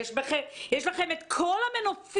יש לכם את כל המנופים,